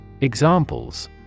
Examples